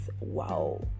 Wow